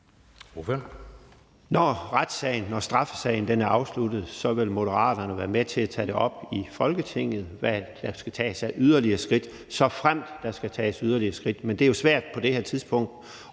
Når straffesagen er afsluttet, vil Moderaterne være med til at tage op i Folketinget, hvad der skal tages af yderligere skridt, såfremt der skal tages yderligere skridt, men det er jo svært på det her tidspunkt